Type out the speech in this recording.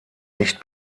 nicht